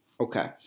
Okay